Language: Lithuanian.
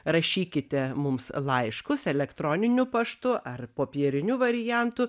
rašykite mums laiškus elektroniniu paštu ar popieriniu variantu